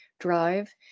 drive